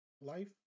life